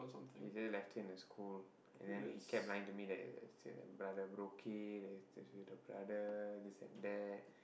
he just left in the school and he kept lying to me that his brother broke it it's with the brother this and that